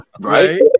Right